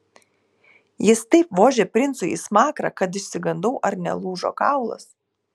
jis taip vožė princui į smakrą kad išsigandau ar nelūžo kaulas